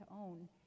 own